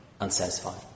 unsatisfied